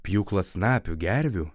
pjūklas lapių gervių